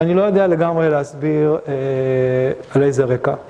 אני לא יודע לגמרי להסביר על איזה רקע.